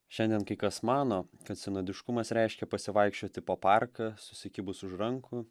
šiandien kai kas mano kad sinodiškumas reiškia pasivaikščioti po parką susikibus už rankų